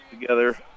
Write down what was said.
together